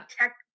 tech